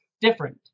different